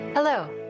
Hello